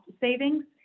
savings